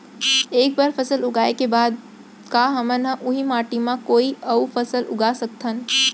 एक बार फसल उगाए के बाद का हमन ह, उही माटी मा कोई अऊ फसल उगा सकथन?